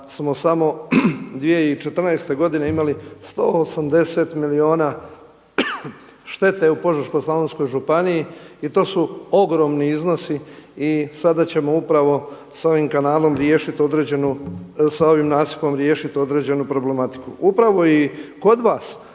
sada ćemo upravo s ovim nasipom riješiti određenu problematiku. Upravo i kod vas